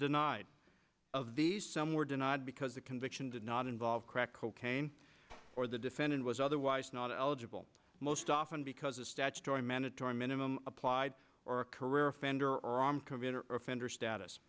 denied of these some were denied because a conviction did not involve crack cocaine or the defendant was otherwise not eligible most often because a statutory mandatory minimum applied or a career